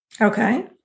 Okay